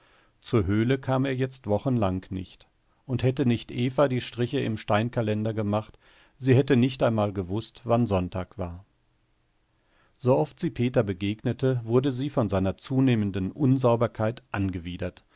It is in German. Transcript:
zur höhle kam er jetzt wochenlang nicht und hätte nicht eva die striche im steinkalender gemacht sie hätte nicht einmal gewußt wann sonntag war sooft sie peter begegnete wurde sie von seiner zunehmenden unsauberkeit angewidert